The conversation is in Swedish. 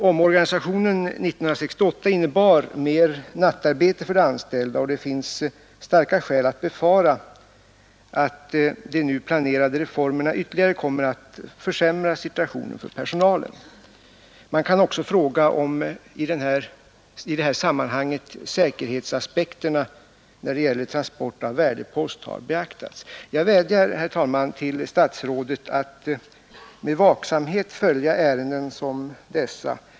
Omorganisationen 1968 innebar mer nattarbete för de anställda, och det finns starka skäl att befara att de nu planerade reformerna ytterligare kommer att försämra situationen för personalen. Man kan också fråga om i detta sammanhang säkerhetsaspekterna när det gäller transport av värdepost har beaktats. Jag vädjar, herr talman, till statsrådet att med vaksamhet följa ärenden som dessa.